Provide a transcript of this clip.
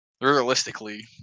realistically